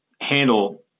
handle